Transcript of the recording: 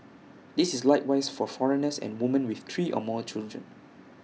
this is likewise for foreigners and woman with three or more children